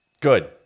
good